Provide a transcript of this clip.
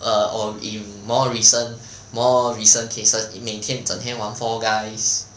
err um in more recent more recent cases 每天整天玩 four guys